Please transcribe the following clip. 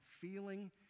feeling